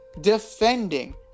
defending